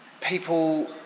people